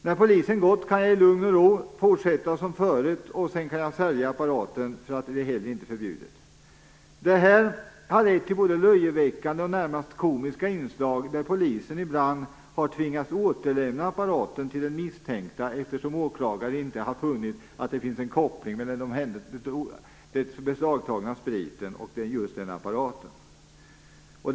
När polisen gått kan jag i lugn och ro fortsätta som förut, och sedan kan jag sälja apparaten, eftersom inte heller det är förbjudet. Detta har lett till både löjeväckande och närmast komiska inslag där polisen ibland har tvingats återlämna apparaten till den misstänkte, eftersom åklagare inte har funnit att det finns en koppling mellan den beslagtagna spriten och just den apparaten.